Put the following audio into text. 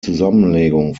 zusammenlegung